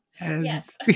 Yes